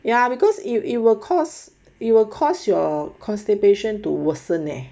ya because you it will cause it will cause your constipation to worsen leh